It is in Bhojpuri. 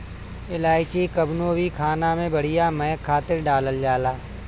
इलायची कवनो भी खाना में बढ़िया महक खातिर डालल जाला